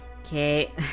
Okay